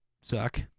suck